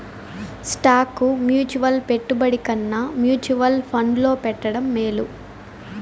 stock mutual పెట్టుబడి కన్నా mutual ఫండ్లో పెట్టడం మేలు